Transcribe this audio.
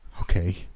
Okay